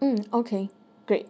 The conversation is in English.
mm okay great